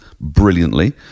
brilliantly